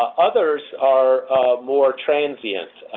ah others are more transient.